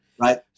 right